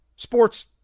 Sports